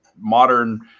modern